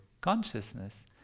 consciousness